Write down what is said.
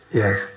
yes